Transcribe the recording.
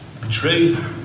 betrayed